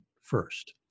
first